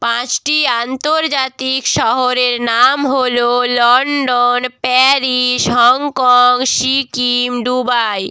পাঁচটি আন্তর্জাতিক শহরের নাম হলো London Paris Hong Kong Sikkim Dubai